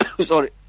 sorry